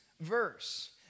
verse